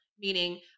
meaning